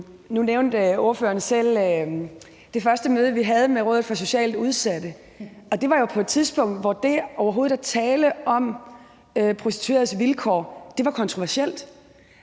Nu nævnte ordføreren selv det første møde, vi havde med Rådet for Socialt Udsatte. Det var jo på et tidspunkt, hvor det overhovedet at tale om prostitueredes vilkår var kontroversielt.